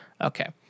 Okay